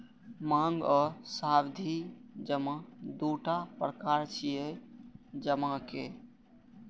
मांग आ सावधि जमा दूटा प्रकार छियै जमा के